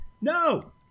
No